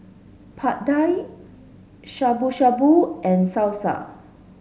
Pad Thai Shabu Shabu and Salsa